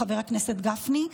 חבר הכנסת גפני,